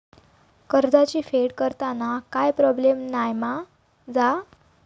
कर्जाची फेड करताना काय प्रोब्लेम नाय मा जा?